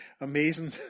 Amazing